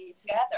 together